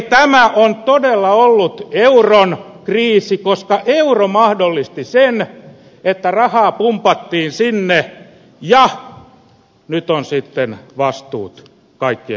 tämä on todella ollut euron kriisi koska euro mahdollisti sen että rahaa pumpattiin sinne ja nyt ovat sitten vastuut kaikkien käsissä